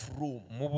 room